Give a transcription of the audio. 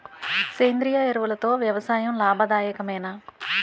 సేంద్రీయ ఎరువులతో వ్యవసాయం లాభదాయకమేనా?